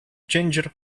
ginger